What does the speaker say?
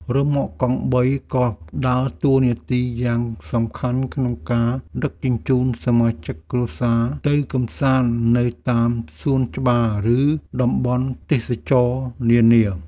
រ៉ឺម៉កកង់បីក៏ដើរតួនាទីយ៉ាងសំខាន់ក្នុងការដឹកជញ្ជូនសមាជិកគ្រួសារទៅកម្សាន្តនៅតាមសួនច្បារឬតំបន់ទេសចរណ៍នានា។